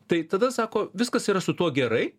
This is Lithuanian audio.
tai tada sako viskas yra su tuo gerai